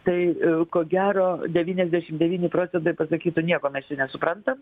tai ko gero devyniasdešim devyni procentai pasakytų nieko mes čia nesuprantam